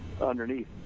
underneath